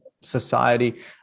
society